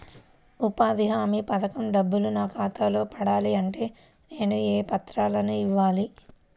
ఉపాధి హామీ పథకం డబ్బులు నా ఖాతాలో పడాలి అంటే నేను ఏ పత్రాలు ఇవ్వాలి?